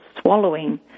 swallowing